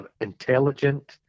intelligent